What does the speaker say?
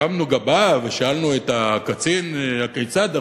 הרמנו גבה ושאלנו את הקצין: הכיצד?